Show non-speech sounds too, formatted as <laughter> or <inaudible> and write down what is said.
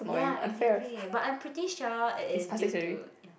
ya exactly but I'm pretty sure it is due to <noise>